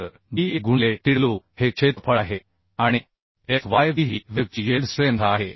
तर b1 गुणिले Tw हे क्षेत्रफळ आहे आणि Fyw ही वेव्ह ची यील्ड स्ट्रेंथ आहे